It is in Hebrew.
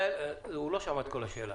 הוא לא שמע את כל השאלה.